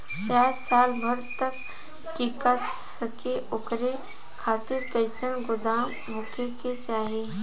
प्याज साल भर तक टीका सके ओकरे खातीर कइसन गोदाम होके के चाही?